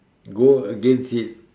go against it